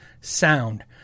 sound